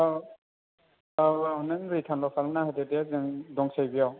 औ औ औ नों रिटार्नल' खालामना होदो दे जों दंसै बेयाव